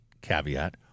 caveat